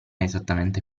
esattamente